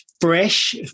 fresh